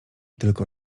tylko